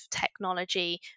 technology